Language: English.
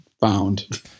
found